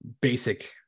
basic